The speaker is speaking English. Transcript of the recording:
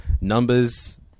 numbers